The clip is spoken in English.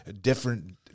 different